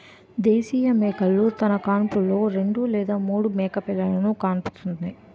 దేశీయ మేకలు తన కాన్పులో రెండు లేదా మూడు మేకపిల్లలుకు కాన్పుస్తుంది